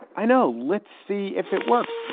i know. let's see if it works.